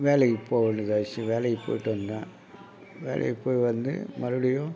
வேலைக்கு போக வேண்டியதாகிருச்சு வேலைக்கு போய்விட்டு வந்தேன் வேலைக்கு போய் வந்து மறுபடியும்